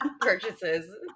purchases